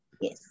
Yes